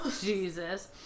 Jesus